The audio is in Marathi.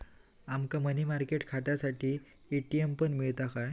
आमका मनी मार्केट खात्यासाठी ए.टी.एम पण मिळता काय?